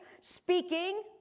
speaking